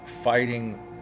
fighting